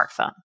smartphone